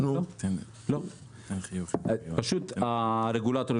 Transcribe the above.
פשוט הרגולטור,